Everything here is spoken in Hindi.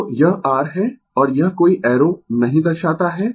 तो यह r है और यह कोई एरो नहीं दर्शाता है